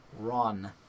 run